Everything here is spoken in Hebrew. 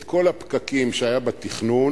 את כל הפקקים שהיו בתכנון,